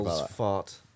fart